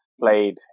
played